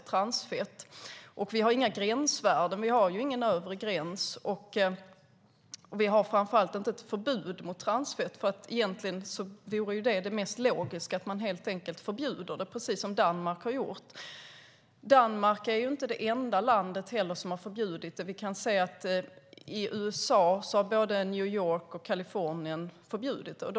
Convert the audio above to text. Vi har inte några gränsvärden och alltså ingen övre gräns. Och vi har framför allt inte ett förbud mot transfett. Egentligen vore det mest logiska att man helt enkelt förbjuder det, precis som Danmark har gjort. Danmark är inte det enda land som har förbjudit detta. I USA har både New York och Kalifornien förbjudit det.